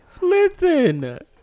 Listen